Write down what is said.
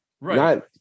Right